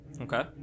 Okay